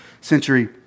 century